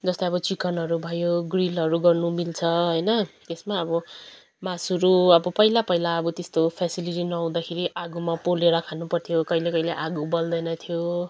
जस्तै अब चिकनहरू भयो ग्रिलहरू गर्नु मिल्छ होइन त्यसमा अब मासुहरू अब पहिला पहिला अब त्यस्तो फेसिलिटी नहुँदाखेरि आगोमा पोलेर खानुपर्थ्यो कहिले कहिले आगो बल्दैनथ्यो